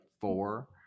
four